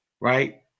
right